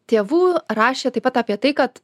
tėvų rašė taip pat apie tai kad